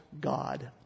God